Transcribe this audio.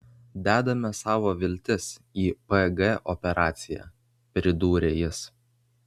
dedame savo viltis į pg operaciją pridūrė jis